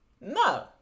No